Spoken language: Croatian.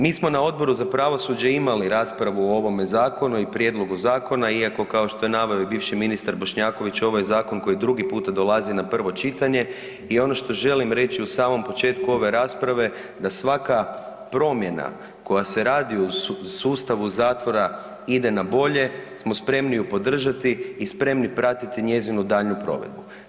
Mi smo na Odboru za pravosuđe imali raspravu o ovome zakonu i prijedlogu zakona, iako, kao što je naveo i bivši ministar Bošnjaković, ovo je zakon koji 2. puta dolazi na prvo čitanje i ono što želim reći u samom početku ove rasprave, da svaka promjena koja se radi u sustavu zatvora, ide na bolje, smo spremni ju podržati i spremni pratiti njezinu daljnju provedbu.